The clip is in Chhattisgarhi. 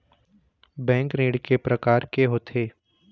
बैंक ऋण के प्रकार के होथे?